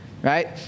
Right